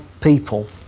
people